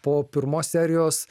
po pirmos serijos